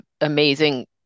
amazing